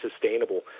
sustainable